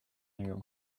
you